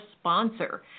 sponsor